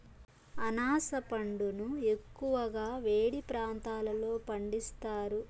అనాస పండును ఎక్కువగా వేడి ప్రాంతాలలో పండిస్తారు